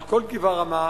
על כל גבעה רמה,